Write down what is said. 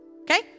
Okay